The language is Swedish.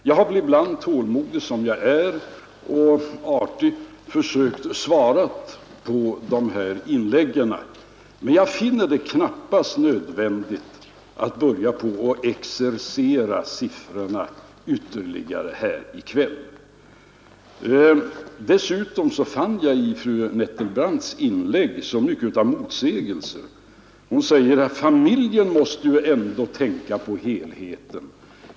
Jag har ibland, tålmodig och artig som jag är, försökt att svara på dessa inlägg, men jag finner det knappast nödvändigt att börja exercera siffrorna ytterligare här i kväll. Dessutom fann jag i fru Nettelbrandts inlägg mycket av motsägelser. Hon säger att familjen ju ändå måste tänka på helheten.